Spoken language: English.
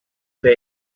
pay